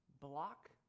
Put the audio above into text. block